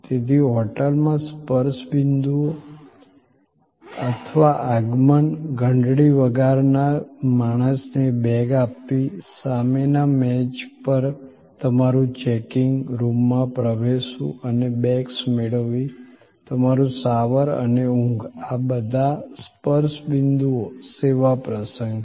તેથી હોટેલમાં સ્પર્શ બિંદુઓ અથવા આગમન ઘંટડી વગાડનાર માણસને બેગ આપવી સામેના મેજ પર તમારું ચેકિંગ રૂમમાં પ્રવેશવું અને બેગ્સ મેળવવી તમારું શાવર અને ઊંઘ આ બધા સ્પર્શ બિંદુઓ સેવા પ્રસંગ છે